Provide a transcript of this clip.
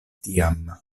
tiam